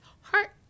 Heart